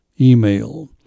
email